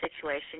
situation